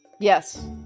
yes